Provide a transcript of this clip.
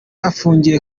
afungiye